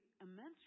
immense